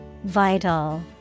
Vital